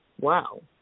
Wow